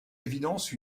évidence